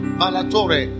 malatore